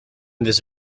this